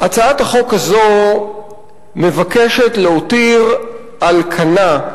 הצעת החוק הזאת מבקשת להותיר על כנה,